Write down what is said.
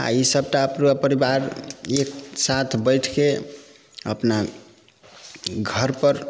आओर ई सभटा अपना परिवार एक साथ बैठिके अपना घरपर